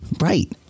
right